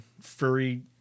furry